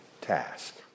task